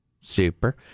Super